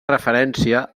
referència